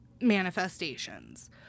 manifestations